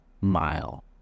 mile